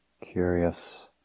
Curious